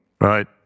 Right